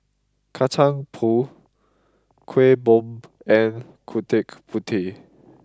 Kacang Pool Kueh Bom and Gudeg Putih